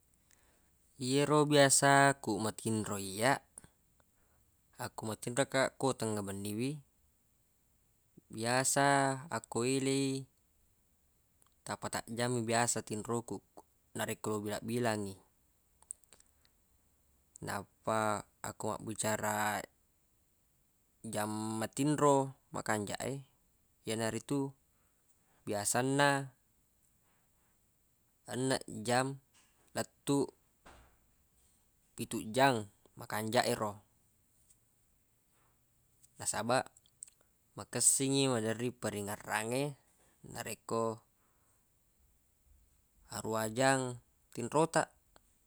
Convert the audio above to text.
Yero biasa ko matinro iyyaq akko matinro kaq ko tengnga benni wi biasa akko ele i tappatang jang mi biasa tinro ku narekko ubilang-bilangngi nappa akko mabbicara jang matinro makanjaq e yenaritu biasanna enneng jam lettuq pitujjang makanjaq ero nasabaq makessingngi maderri parrengngerangnge narekko aruwa jang tinro taq